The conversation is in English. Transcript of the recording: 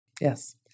yes